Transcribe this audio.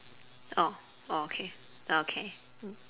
oh okay oh okay mm